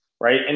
right